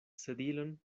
sedilon